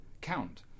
count